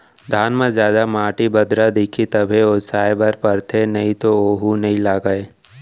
धान म जादा माटी, बदरा दिखही तभे ओसाए बर परथे नइ तो वोहू नइ लागय